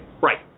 Right